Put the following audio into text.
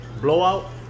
Blowout